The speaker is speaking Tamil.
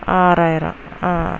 ஆறாயிரம்